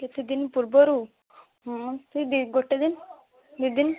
କେତେଦିନ ପୂର୍ବରୁ ହଁ ସେଇ ଦୁଇ ଗୋଟେ ଦିନ ଦୁଇ ଦିନ